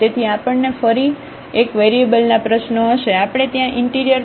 તેથી આપણને ફરી 1 વેરીએબલના પ્રશ્નો હશે આપણે ત્યાં ઇન્ટિરિયર પોઇન્ટ જોઈએ